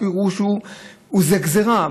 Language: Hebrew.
הפירוש הוא שזו גזרה.